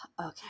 okay